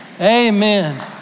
Amen